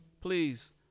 please